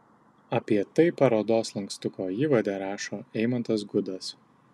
apie tai parodos lankstuko įvade rašo eimantas gudas